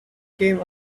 came